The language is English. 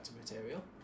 material